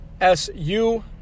SU